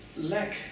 lack